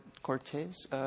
Cortez